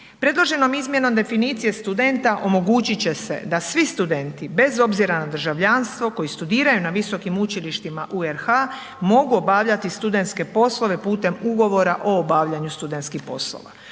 Predloženom izmjenom definicije studenta omogućit će se da svi studenti bez obzira na državljanstvo koji studiraju na visokim učilištima u RH mogu obavljati studentske poslove putem Ugovora o obavljanju studentskih poslova.